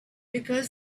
because